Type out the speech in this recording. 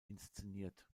inszeniert